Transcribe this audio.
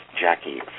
Jackie